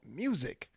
music